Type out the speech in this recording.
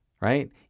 Right